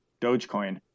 Dogecoin